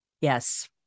Yes